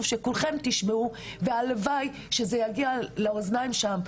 שכולכם תשמעו והלוואי שזה יגיע לאוזניים שם.